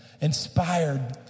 inspired